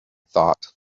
thought